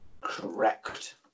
Correct